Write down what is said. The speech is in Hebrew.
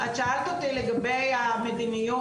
את שאלת אותי לגבי המדיניות,